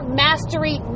mastery